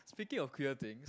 speaking of queer things